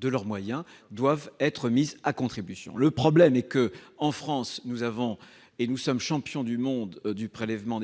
de leurs moyens, doivent être mis à contribution. Le problème est que, en France, nous sommes les champions du monde des prélèvements